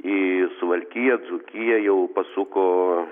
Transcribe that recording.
į suvalkiją dzūkiją jau pasuko